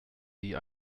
sie